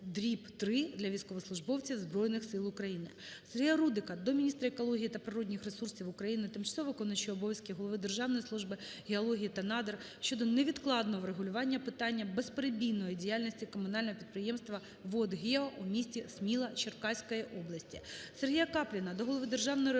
97/3 для військовослужбовців Збройних Сил України. Сергія Рудика до міністра екології та природних ресурсів України, тимчасово виконуючого обов'язки голови Державної служби геології та надр щодо невідкладного врегулювання питання безперебійної діяльності комунального підприємства "ВодГео" у місті Сміла Черкаської області. СергіяКапліна до голови Державної регуляторної